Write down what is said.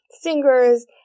singers